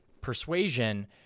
persuasion